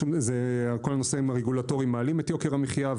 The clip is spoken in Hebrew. כל הנושאים הרגולטוריים מעלים את יוקר המחיה,